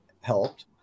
helped